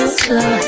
slow